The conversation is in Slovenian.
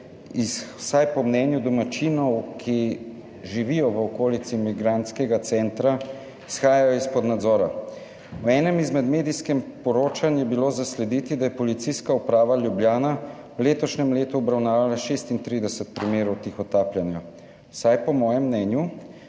vsaj po mnenju domačinov, ki živijo v okolici migrantskega centra, uhajajo izpod nadzora. V enem izmed medijskih poročanj je bilo zaslediti, da je Policijska uprava Ljubljana v letošnjem letu obravnavala 36 primerov tihotapljenja. Vsaj po mojem mnenju,